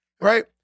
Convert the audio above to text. right